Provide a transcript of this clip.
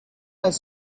las